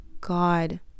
god